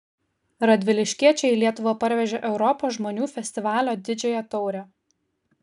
radviliškiečiai į lietuvą parvežė europos žmonių festivalio didžiąją taurę